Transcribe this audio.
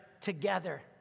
together